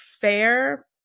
fair